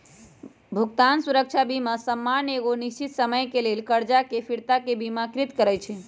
भुगतान सुरक्षा बीमा सामान्य एगो निश्चित समय के लेल करजा के फिरताके बिमाकृत करइ छइ